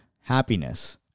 Happiness